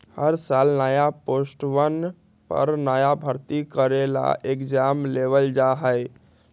हर साल नया पोस्टवन पर नया भर्ती करे ला एग्जाम लेबल जा हई